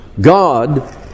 God